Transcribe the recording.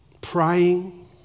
praying